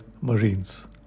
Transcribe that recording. Marines